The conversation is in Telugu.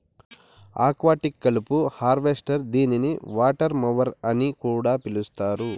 ఆక్వాటిక్ కలుపు హార్వెస్టర్ దీనిని వాటర్ మొవర్ అని కూడా పిలుస్తారు